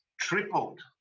tripled